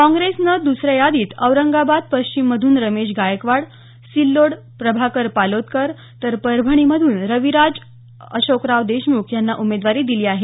काँग्रेसनंच्या द्सऱ्या यादीत औरंगाबाद पश्चिम मधून रमेश गायकवाड सिल्लोड प्रभाकर पालोदकर तर परभणी मधून रविराज अशोकराव देशमुख यांना उमेदवारी दिली आहे